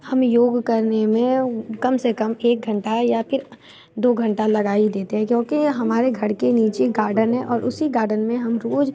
हम योग करने में कम से कम एक घंटा या फिर दो घंटा लगा ही देते हैं क्योंकि हमारे घर के नीचे गार्डन है और उसी गार्डन में हम रोज़